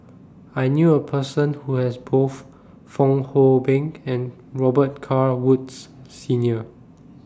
I knew A Person Who has Both Fong Hoe Beng and Robet Carr Woods Senior